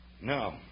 No